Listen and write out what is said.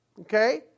Okay